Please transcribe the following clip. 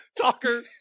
talker